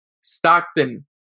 Stockton